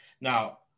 Now